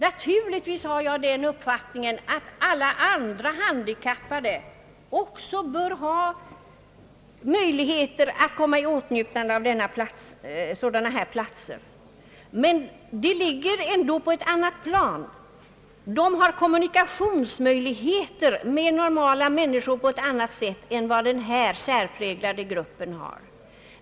Naturligtvis har jag den uppfattningen att alla andra handikappade också bör ha möjlighet att komma i åtnjutande av sådana platser. Men det ligger på ett annat plan. De har möjligheter till kommunikation med normala människor på ett annat sätt än denna särpräglade grupp har.